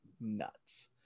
nuts